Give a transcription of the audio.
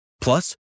Plus